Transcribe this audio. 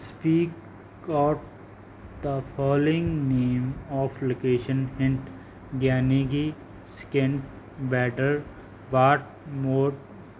speak out the following name of location hint ਯਾਨੀ ਕਿ skin water Atmore